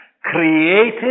created